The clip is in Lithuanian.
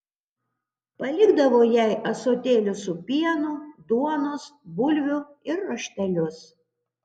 palikdavo jai ąsotėlius su pienu duonos bulvių ir raštelius